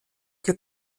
che